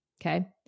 okay